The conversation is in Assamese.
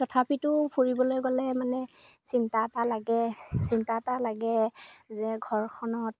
তথাপিতো ফুৰিবলৈ গ'লে মানে চিন্তা এটা লাগে চিন্তা এটা লাগে যে ঘৰখনত